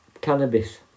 cannabis